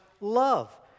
love